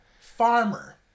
Farmer